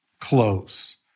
close